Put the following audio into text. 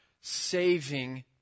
saving